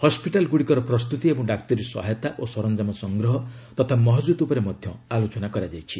ହସ୍ୱିଟାଲଗୁଡ଼ିକର ପ୍ରସ୍ତୁତି ଏବଂ ଡାକ୍ତରୀ ସହାୟତା ଓ ସରଞ୍ଜାମ ସଂଗ୍ରହ ତଥା ମହଜୁଦ ଉପରେ ମଧ୍ୟ ଆଲୋଚନା କରାଯାଇଛି